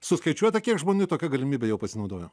suskaičiuota kiek žmonių tokia galimybe jau pasinaudojo